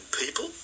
people